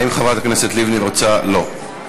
האם חברת הכנסת לבני רוצה, לא.